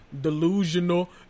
Delusional